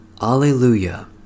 Alleluia